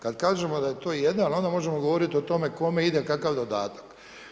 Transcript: Kada kažemo da je to jedan onda možemo govoriti o tome kome ide kakav dodatak.